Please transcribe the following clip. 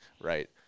Right